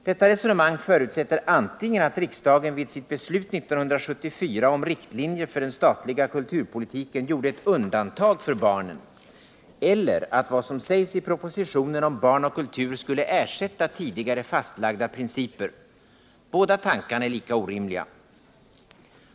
Detta resonemang förutsätter antingen att riksdagen vid sitt beslut 1974 om riktlinjer för den statliga kulturpolitiken gjorde ett undantag för barnen eller att vad som sägs i propositionen om barn och kultur skulle ersätta tidigare fastlagda principer. Båda tankarna är lika orimliga.